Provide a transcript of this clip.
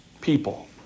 people